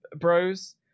bros